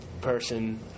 person